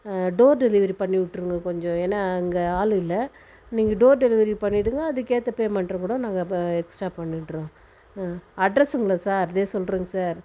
door delivery பண்ணிவிட்ருங்க கொஞ்சம் ஏன்னால் அங்கே ஆள் இல்லை நீங்கள் டோர் டெலிவரி பண்ணிவிடுங்க அதுக்கு ஏற்ற பேமெண்ட்டு கூட நாங்கள் எக்ஸ்ட்டா பண்ணிடுறோம் ஆ அட்ரஸ்ஸுங்களா சார் அப்படியே சொல்கிறேங்க சார்